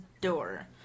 door